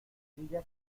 diga